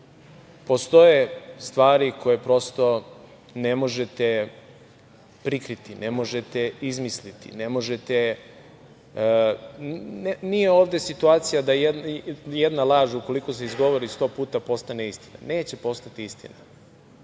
postoje stvari koje prosto ne možete prikriti, ne možete izmisliti. Nije ovde situacija da jedna laž ukoliko se izgovori sto puta postane istina. Neće postati istina.